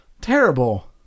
Terrible